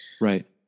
right